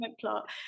plot